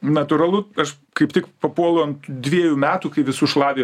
natūralu aš kaip tik papuolu ant dviejų metų kai visus šlavė